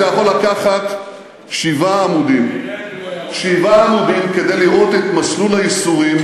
אתה יכול לקחת שבעה עמודים כדי לראות את מסלול הייסורים,